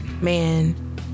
Man